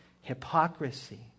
hypocrisy